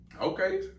Okay